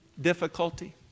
difficulty